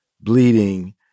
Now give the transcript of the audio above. bleeding